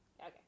Okay